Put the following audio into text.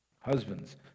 Husbands